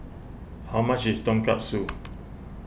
how much is Tonkatsu